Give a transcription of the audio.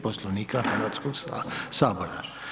Poslovnika Hrvatskog sabora.